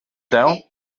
down